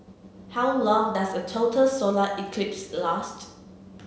how long does a total solar eclipse last